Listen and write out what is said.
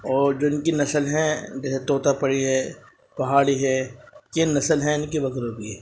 اور جو ان کی نسل ہیں جیسے طوطا پری ہے پہاڑی ہے یہ نسل ہیں ان کی بکروں کی